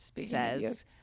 says